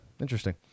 Interesting